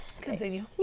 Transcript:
Continue